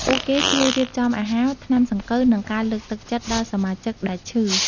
ពួកគេជួយរៀបចំអាហារ ថ្នាំសង្កូវ និងការលើកទឹកចិត្តដល់សមាជិកដែលឈឺ។